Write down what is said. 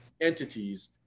entities